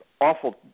awful